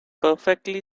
perfectly